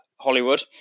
Hollywood